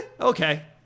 okay